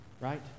Right